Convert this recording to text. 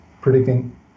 predicting